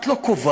את לא קובעת,